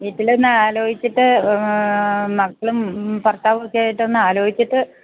വീട്ടിലൊന്ന് ആലോചിച്ചിട്ട് മക്കളും ഭർത്താവും ഒക്കെ ആയിട്ടൊന്ന് ആലോചിച്ചിട്ട്